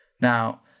Now